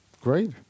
Great